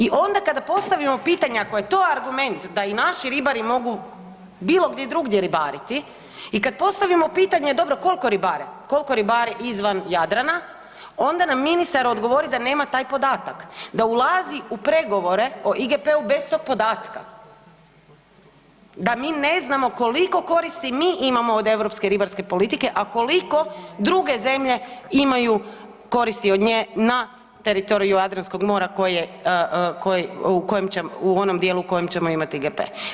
I onda kad postavimo pitanja ako je to argument da i naši ribari mogu bilo gdje drugdje ribariti i kada postavimo pitanje dobro koliko ribare, koliko ribare izvan Jadrana, onda nam ministar odgovori da nema taj podatak, da ulaze u pregovore o IGP-u bez tog podatka, da mi ne znamo koliko koristi mi imamo od europske ribarske politike, a koliko druge zemlje imaju koristi od nje na teritoriju Jadranskog mora u onom dijelu u kojem ćemo IGP.